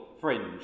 fringe